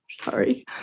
Sorry